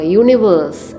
universe